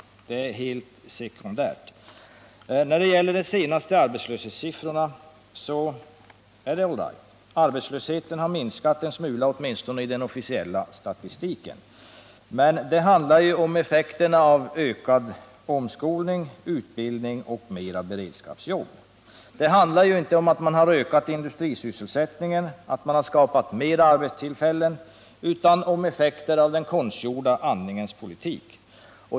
Det är för dem något helt sekundärt. Det är riktigt att arbetslösheten enligt de senaste siffrorna har minskat en smula, åtminstone i den officiella statistiken, men det handlar ju om effekterna av ökad utbildning och omskolning och av mera beredskapsjobb. Man har inte ökat industrisysselsättningen eller skapat fler arbetstillfällen i övrigt utan det rör sig om effekter av den konstgjorda andningens politik.